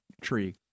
Tree